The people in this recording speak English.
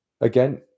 again